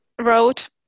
wrote